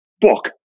Book